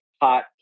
hot